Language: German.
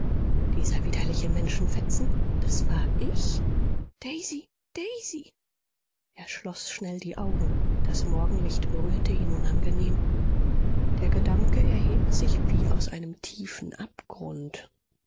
dieser widerliche menschenfetzen das war ich daisy daisy er schloß schnell die augen das morgenlicht berührte ihn unangenehm der gedanke erhebt sich wie aus einem tiefen abgrund